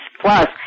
Plus